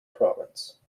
province